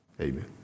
Amen